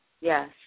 Yes